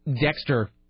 Dexter